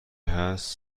هست